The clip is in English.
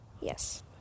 Yes